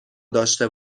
داشته